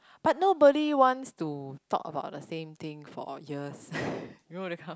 but nobody wants to talk the about same thing for years you know that kind